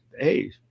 Hey